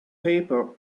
paper